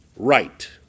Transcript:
right